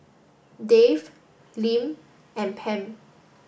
Dave Lim and Pam